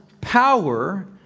power